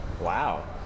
Wow